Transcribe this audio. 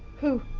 who?